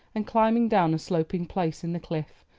and climbing down a sloping place in the cliff,